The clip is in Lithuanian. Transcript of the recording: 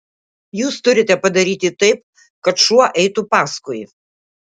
jūs turite padaryti taip kad šuo eitų paskui